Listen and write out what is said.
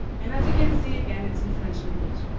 and as you can see again, it's in french and english,